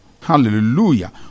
Hallelujah